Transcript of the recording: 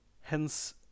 Hence